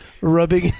Rubbing